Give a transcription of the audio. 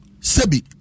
sebi